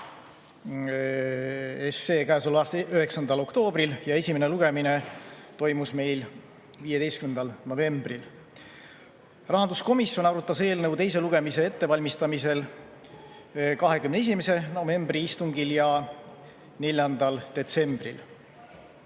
309 käesoleva aasta 9. oktoobril ja esimene lugemine toimus 15. novembril. Rahanduskomisjon arutas eelnõu teise lugemise ettevalmistamisel 21. novembri istungil ja 4. detsembril.